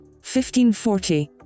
1540